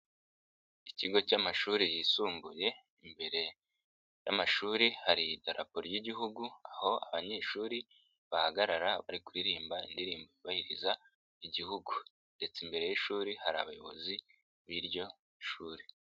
Ikigo cy'amashuri yisumbuye imbere y'amashuri hari idarapo ry'Igihugu aho abanyeshuri bahagarara bari kuririmba indirimbo yubahiriza Igihugu ndetse imbere y'ishuri hari abayobozi b'iryo shuri.